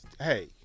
Hey